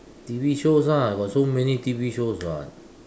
T_V shows ah got so many T_V shows [what]